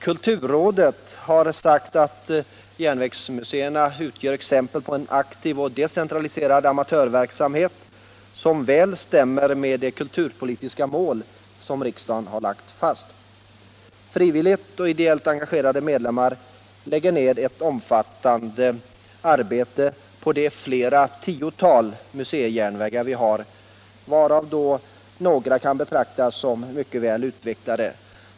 Kulturrådet har sagt att järnvägsmuseerna utgör exempel på en aktiv och decentraliserad amatörverksamhet, som väl stämmer med de kul turpolitiska mål som riksdagen har lagt fast. Frivilligt och ideellt engagerade medlemmar lägger ned ett omfattande arbete på de flera tiotal museijärnvägar vi har, varav några kan betraktas som mycket väl utvecklade.